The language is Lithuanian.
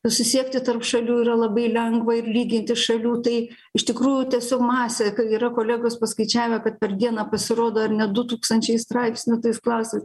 susisiekti tarp šalių yra labai lengva ir lyginti šalių tai iš tikrųjų tiesiog masė yra kolegos paskaičiavę kad per dieną pasirodo ar ne du tūkstančiai straipsnių tais klausimais